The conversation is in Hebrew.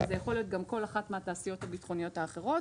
אבל זה יכול להיות גם כל אחת מהתעשיות הביטחוניות האחרות,